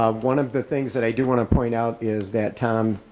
ah one of the things that i do wanna point out is that term,